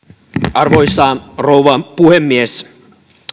arvoisa rouva puhemies